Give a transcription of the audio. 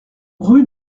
rue